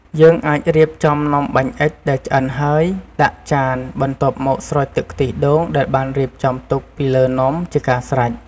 យើងអាចរៀបនំបាញ់អុិចដែលឆ្អិនហើយ ដាក់ចាន បន្ទាប់មកស្រោចទឹកខ្ទិះដូងដែលបានរៀបចំទុកពីលើនំជាការស្រេច។